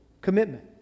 commitment